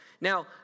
Now